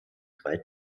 drei